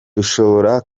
dushobora